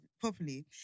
properly